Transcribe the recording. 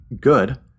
good